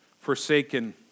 forsaken